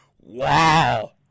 Wow